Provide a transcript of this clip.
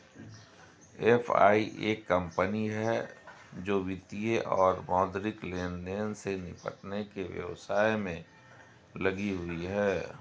FI एक कंपनी है जो वित्तीय और मौद्रिक लेनदेन से निपटने के व्यवसाय में लगी हुई है